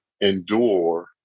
endure